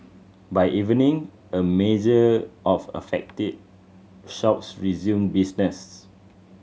by evening a major of affected shops resumed business